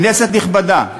כנסת נכבדה,